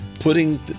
putting